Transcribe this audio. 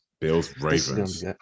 Bills-Ravens